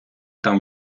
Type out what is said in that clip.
там